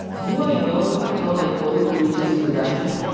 do i know how my code reaches production?